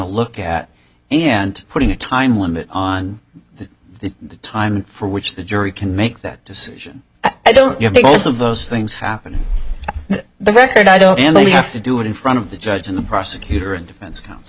look at and putting a time limit on the time for which the jury can make that decision i don't you have both of those things happen the record i don't have to do it in front of the judge and the prosecutor and defense counsel